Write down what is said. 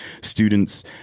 students